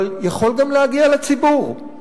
אבל יכול גם להגיע לציבור, לחינוך,